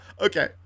okay